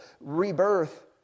rebirth